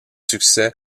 succès